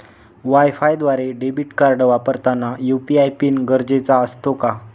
वायफायद्वारे debit card वापरताना UPI PIN गरजेचा असतो का?